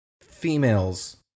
female's